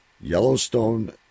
Yellowstone